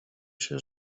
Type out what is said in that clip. się